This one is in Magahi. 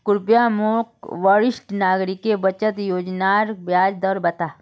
कृप्या मोक वरिष्ठ नागरिक बचत योज्नार ब्याज दर बता